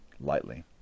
lightly